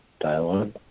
dialogue